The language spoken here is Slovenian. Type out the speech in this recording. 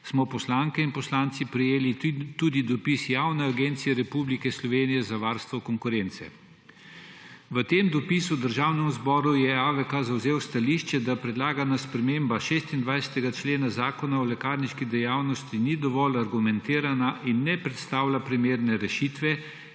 smo poslanke in poslanci prejeli tudi dopis Javne agencije Republike Slovenije za varstvo konkurence. V tem dopisu Državnemu zboru je AVK zavzel stališče, da predlagana sprememba 26. člena Zakona o lekarniški dejavnosti ni dovolj argumentirana in ne predstavlja primerne rešitve,